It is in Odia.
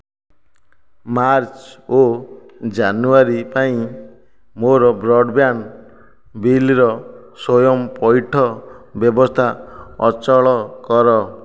ମାର୍ଚ୍ଚ ଓ ଜାନୁଆରୀ ପାଇଁ ମୋର ବ୍ରଡ଼୍ବ୍ୟାଣ୍ଡ୍ ବିଲ୍ର ସ୍ଵୟଂ ପଇଠ ବ୍ୟବସ୍ଥା ଅଚଳ କର